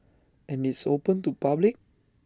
and it's open to public